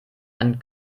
einen